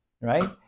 right